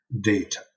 data